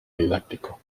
didáctico